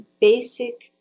basic